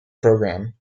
programme